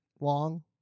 long